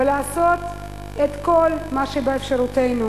ולעשות את כל מה שבאפשרותנו